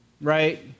Right